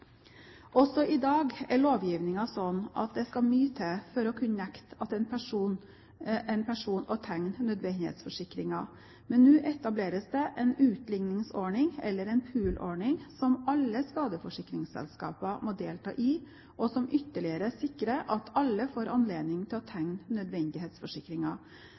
Også i dag er lovgivningen slik at det skal mye til for å kunne nekte en person å tegne nødvendighetsforsikringer, men nå etableres det en utligningsordning eller en poolordning som alle skadeforsikringsselskaper må delta i, og som ytterligere sikrer at alle får anledning til å tegne